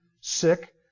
sick